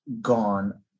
gone